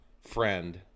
friend